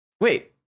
Wait